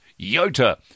Yota